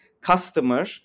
customer